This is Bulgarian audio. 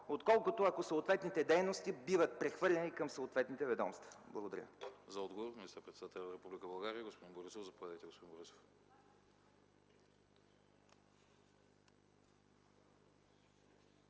отколкото ако съответните дейности биват прехвърляни към съответните ведомства? Благодаря.